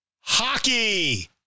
hockey